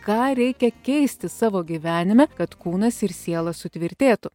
ką reikia keisti savo gyvenime kad kūnas ir siela sutvirtėtų